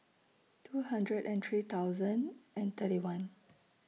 two hundred and three thousand and thirty one